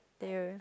there